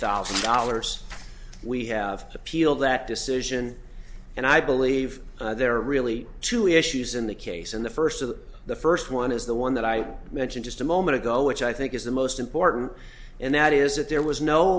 thousand dollars we have appealed that decision and i believe there are really two issues in the case and the first of the first one is the one that i mentioned just a moment ago which i think is the most important and that is that there was